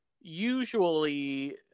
usually